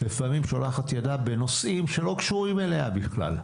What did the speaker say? לפעמים שולחת ידה בנושאים שלא קשורים אליה בכלל,